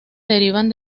derivan